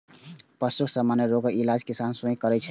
पशुक सामान्य रोगक इलाज किसान स्वयं करै छै